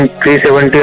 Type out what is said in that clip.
370